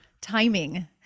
timing